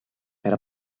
era